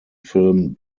film